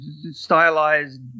stylized